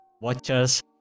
watchers